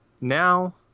now